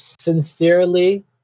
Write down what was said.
sincerely